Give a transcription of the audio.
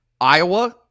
Iowa